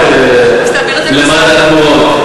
אז תעביר את זה לרשם העמותות.